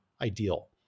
ideal